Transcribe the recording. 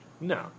No